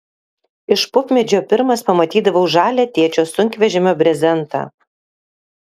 iš pupmedžio pirmas pamatydavau žalią tėčio sunkvežimio brezentą